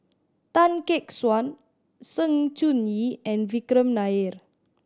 Tan Gek Suan Sng Choon Yee and Vikram Nair